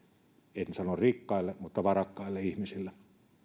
en en sano rikkaille mutta varakkaille ihmisille